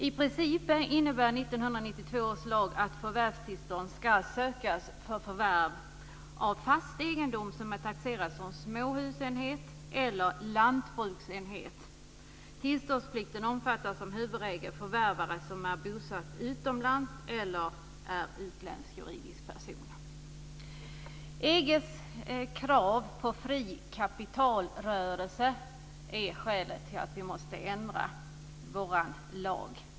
I princip innebär 1992 års lag att förvärvstillstånd ska sökas för förvärv av fast egendom som är taxerad som småhusenhet eller lantbruksenhet. Tillståndsplikten omfattar som huvudregel förvärvare som är bosatt utomlands eller som är utländsk juridisk person. EG:s krav på fria kapitalrörelser är skälet till att vi måste ändra vår lag.